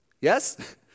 Yes